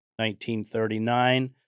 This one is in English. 1939